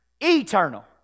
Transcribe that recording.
eternal